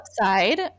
side